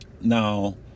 now